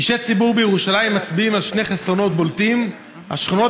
אישי ציבור בירושלים מצביעים על שני חסרונות בולטים: השכונות